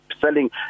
selling